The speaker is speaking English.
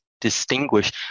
distinguish